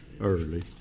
early